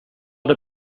det